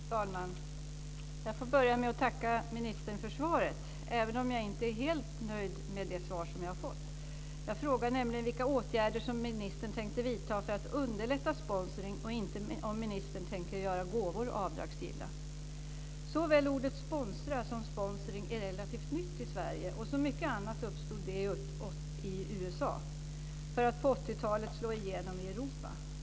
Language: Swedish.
Fru talman! Jag får börja med att tacka ministern för svaret, även om jag inte är helt nöjd med det svar som jag har fått. Jag frågade nämligen vilka åtgärder som ministern tänkte vidta för att underlätta sponsring och inte om ministern tänker göra gåvor avdragsgilla. Såväl ordet sponsra som sponsring är relativt nya i Sverige. Och som mycket annat uppstod det i USA för att på 80-talet slå igenom i Europa.